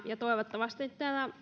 ja toivottavasti